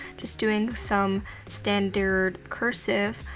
just doing some standard cursive,